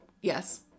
yes